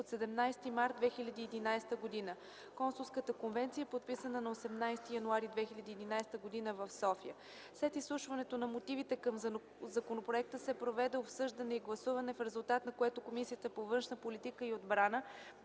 от 17 март 2011 г. Консулската конвенция е подписана на 18 януари 2011 г. в София. След изслушването на мотивите към законопроекта се проведе обсъждане и гласуване, в резултат на което Комисията по външна политика и отбрана